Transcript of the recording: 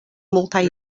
multaj